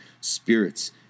spirits